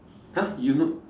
!huh! you know